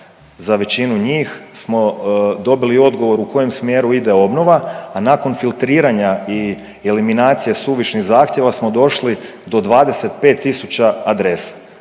za većinu njih smo dobili odgovor u kojem smjeru ide obnova, a nakon filtriranja i eliminacije suvišnih zahtjeva smo došli do 25 tisuća adresa,